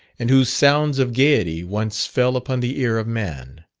and whose sounds of gaiety once fell upon the ear of man.